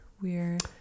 Weird